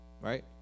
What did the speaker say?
Right